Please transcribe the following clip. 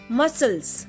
muscles